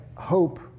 hope